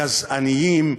גזעניים,